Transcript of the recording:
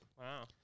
Wow